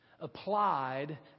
applied